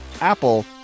Apple